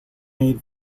made